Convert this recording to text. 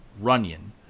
Runyon